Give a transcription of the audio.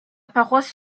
paroisse